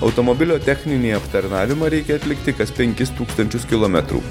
automobilio techninį aptarnavimą reikia atlikti kas penkis tūkstančius kilometrų